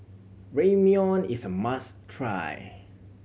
Ramyeon is a must try